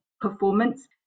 performance